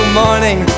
morning